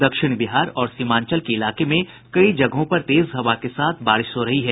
दक्षिण बिहार और सीमांचल के इलाके में कई जगहों पर तेज हवा के साथ बारिश हो रही है